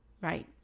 Right